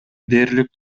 дээрлик